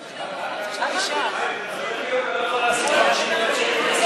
אתה מדבר כאילו אתה לא יכול להשיג 50 מיליון שקל משר האוצר,